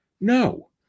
No